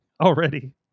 already